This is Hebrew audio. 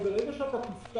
כתמיד,